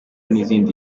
n’izindi